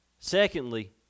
Secondly